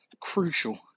crucial